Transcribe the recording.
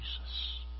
Jesus